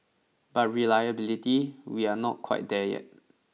but reliability we are not quite there yet